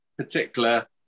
particular